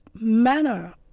manner